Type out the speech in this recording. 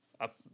up